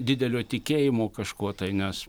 didelio tikėjimo kažkuo tai nes